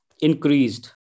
increased